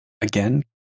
Again